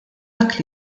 dak